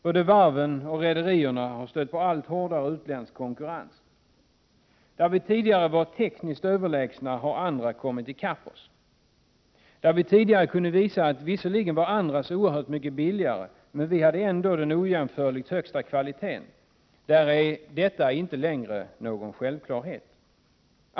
Både varven och rederierna har stött på en allt hårdare utländsk konkurrens. Där vi tidigare var tekniskt överlägsna har andra kommit i kapp oss. Vi kunde tidigare visa att andra visserligen var oerhört mycket billigare men att vi hade den ojämförligt högsta kvaliteten. Detta är inte längre någon självklarhet.